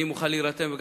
אני מוכן להירתם,